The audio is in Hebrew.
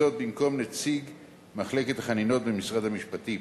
במקום נציג מחלקת החנינות במשרד המשפטים.